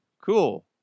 cool